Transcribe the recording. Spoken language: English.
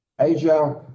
asia